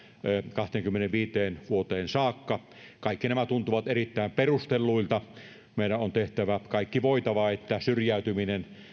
kahteenkymmeneenviiteen vuoteen saakka kaikki nämä tuntuvat erittäin perustelluilta meidän on tehtävä kaikki voitava että syrjäytyminen